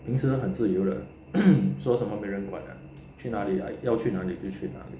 平时他很自由的 说什么没人管的去哪里要去哪里就去